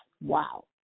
Wow